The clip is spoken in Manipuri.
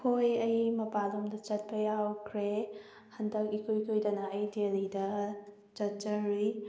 ꯍꯣꯏ ꯑꯩ ꯃꯄꯥꯟ ꯂꯝꯗ ꯆꯠꯄ ꯌꯥꯎꯈ꯭ꯔꯦ ꯍꯟꯗꯛ ꯏꯀꯨꯏ ꯀꯨꯏꯗꯅ ꯑꯩ ꯗꯦꯜꯍꯤꯗ ꯆꯠꯆꯔꯨꯏ